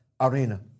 arena